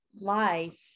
life